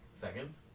Seconds